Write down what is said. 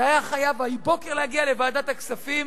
זה היה חייב הבוקר להגיע לוועדת הכספים,